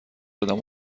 زدم